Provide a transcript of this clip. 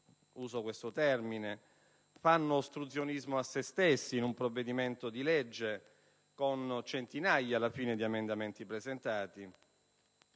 uso questo termine - fanno ostruzionismo a se stessi in un provvedimento di legge con centinaia di emendamenti presentati